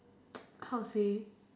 how to say